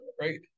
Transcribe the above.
right